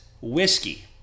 Whiskey